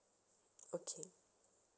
okay